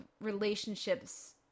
relationships